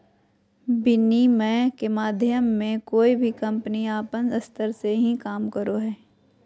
विनिमय के माध्यम मे कोय भी कम्पनी अपन स्तर से ही काम करो हय